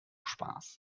spaß